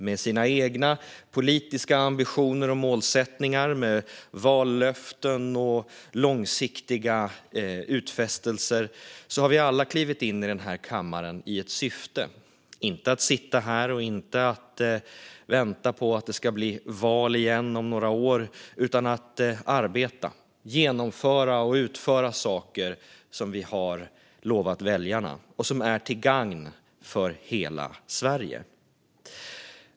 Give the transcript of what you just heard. Med våra egna politiska ambitioner och målsättningar, med vallöften och långsiktiga utfästelser klev vi alla in i den här kammaren med ett syfte - inte att sitta här och vänta på att det ska bli val igen om några år, utan att arbeta med att genomföra och utföra saker som vi har lovat väljarna och som är till gagn för hela Sverige.